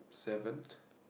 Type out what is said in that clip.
seven